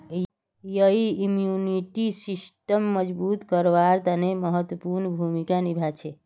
यई इम्यूनिटी सिस्टमक मजबूत करवार तने महत्वपूर्ण भूमिका निभा छेक